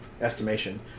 estimation